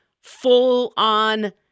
full-on